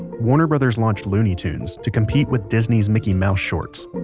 warner brothers launches looney tunes to compete with disney's mickey mouse shorts.